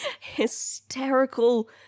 hysterical